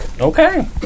Okay